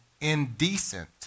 indecent